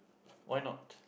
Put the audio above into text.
why not